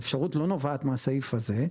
האפשרות לא נובעת מהסעיף הזה,